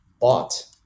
bought